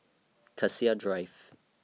Cassia Drive